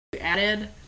added